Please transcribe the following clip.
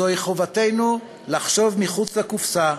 זוהי חובתנו לחשוב מחוץ לקופסה,